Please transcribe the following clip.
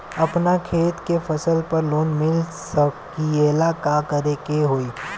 अपना खेत के फसल पर लोन मिल सकीएला का करे के होई?